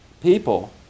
people